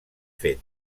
fet